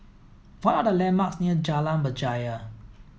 what are the landmarks near Jalan Berjaya